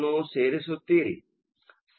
ಸಾಮಾನ್ಯವಾಗಿ dopant concentration ತುಂಬಾ ಕಡಿಮೆಯಾಗಿದೆ